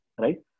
right